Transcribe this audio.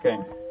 Okay